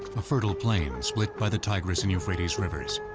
a fertile plain split by the tigris and euphrates rivers.